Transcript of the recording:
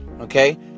okay